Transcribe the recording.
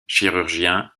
chirurgien